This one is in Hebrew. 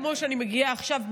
כמו שאני מגיעה עכשיו,